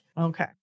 Okay